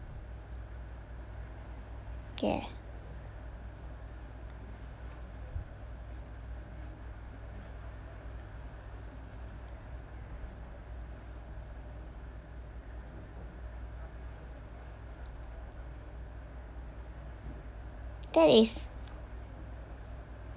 ya that is